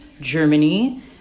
Germany